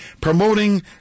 promoting